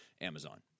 Amazon